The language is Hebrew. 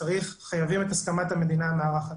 שחייבים את הסכמת המדינה המארחת.